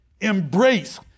Embrace